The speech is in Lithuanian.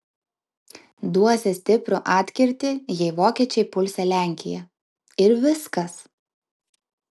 duosią stiprų atkirtį jei vokiečiai pulsią lenkiją ir viskas